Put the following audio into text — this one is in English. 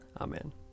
Amen